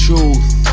Truth